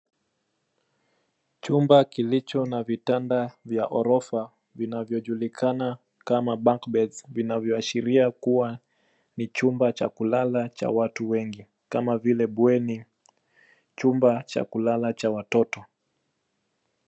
Chumba kilicho na vitanda vya ghorofa vinavyojulikana kama backbeds vinavyoashiria kuwa ni cumba cha kulala cha watu wengi kama vile bweni, chumba cha kulala cha watoto.